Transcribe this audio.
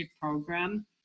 program